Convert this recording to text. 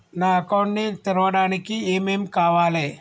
నా అకౌంట్ ని తెరవడానికి ఏం ఏం కావాలే?